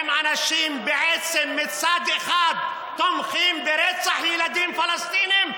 הם אנשים שבעצם מצד אחד תומכים ברצח ילדים פלסטינים,